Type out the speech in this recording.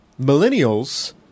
millennials